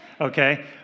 okay